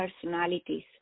personalities